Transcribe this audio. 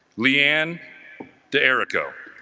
lee anne de areco